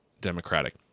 Democratic